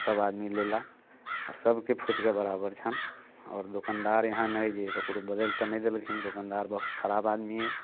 आओर सब आदमी लेला आओर सबके फूटिके बराबर छनि आओर दोकनदार एहन अइ जे ककरो बदलि नहि देलखिन दोकनदार बहुत खराब आदमी हय